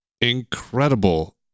incredible